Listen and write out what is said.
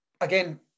Again